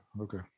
okay